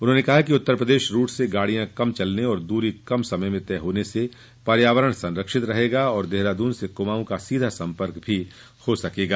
उन्होंने कहा कि उत्तर प्रदेश रूट से गाड़ियां कम चलने व दूरी कम समय में तय होने से पर्यावरण संरक्षित रहेगा और देहरादून से कुमाऊं का सीधा सम्पर्क भी हो सकेगा